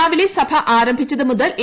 രാവിലെ സഭ ആരംഭിച്ചതു മുതൽ എ